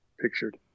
pictured